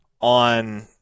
on –